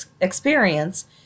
experience